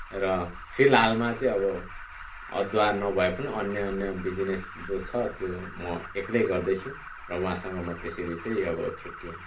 र फिलहालमा चाहिँ अब अदुवा नभए पनि अन्य अन्य बिजिनेस जो छ त्यो म एक्लै गर्दैछु र उहाँसँग म त्यसरी चाहिँ अब छुट्टिएँ